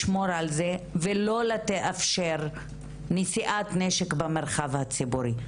לשמור על זה, ולא לאפשר נשיאת נשק במרחב הציבורי.